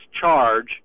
charge